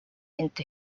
into